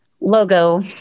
logo